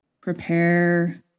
prepare